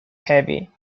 heavy